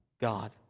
God